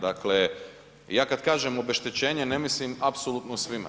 Dakle ja kada kažem obeštećenje ne mislim apsolutno svima.